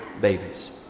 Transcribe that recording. babies